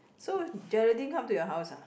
so Geraldine come to your house ah